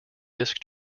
disc